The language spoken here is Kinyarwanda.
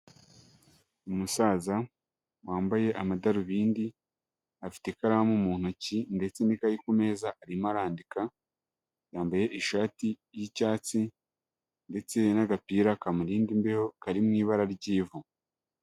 Umusaza wambaye amadarubindi, afite ikaramu mu ntoki ndetse n'ikayi ku meza arimo arandika, yambaye ishati y'icyatsi ndetse n'agapira kamurinda imbeho kari mu ibara ry'ivu.